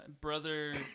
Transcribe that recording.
Brother